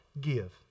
give